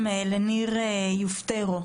לניר יופטרו.